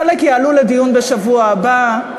חלק יעלו לדיון בשבוע הבא,